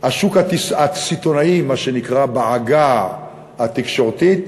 השוק הסיטונאי מה שנקרא בעגה התקשורתית,